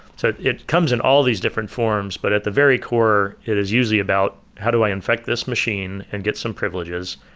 so it comes in all these different forms, but at the very core it is usually about how do i infect this machine and get some privileges?